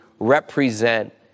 represent